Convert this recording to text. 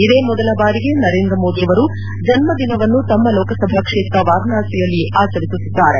ಇದೇ ಮೊದಲ ಬಾರಿಗೆ ನರೇಂದ್ರ ಮೋದಿಯವರು ಜನ್ನದಿನವನ್ನು ತಮ್ಮ ಲೋಕಸಭಾ ಕ್ಷೇತ್ರ ವಾರಣಾಸಿಯಲ್ಲಿ ಆಚರಿಸುತ್ತಿದ್ದಾರೆ